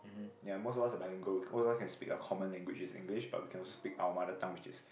ya most of us are bilingual all of us can a common language which is English but we can also speak our mother tongue which is